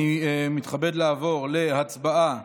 אני מתכבד לעבור להצבעה